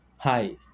Hi